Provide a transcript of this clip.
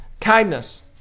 kindness